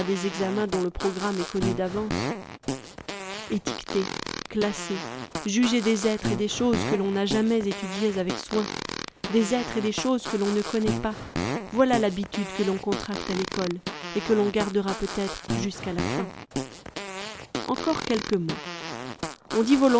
examens dont le programme est connu d'avance etiqueter classer juger des êtres et des choses que l'on n'a jamais étudiés avec soin des êtres et des choses que l'on ne connaît pas voilà l'habitude que l'on contracte à l'ecole et que l'on gardera peutêtre jusqu'à la fin encore quelques mots on dit